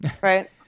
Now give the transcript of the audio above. right